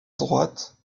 droite